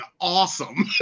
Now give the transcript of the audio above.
awesome